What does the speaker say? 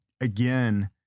again